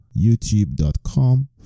youtube.com